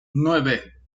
nueve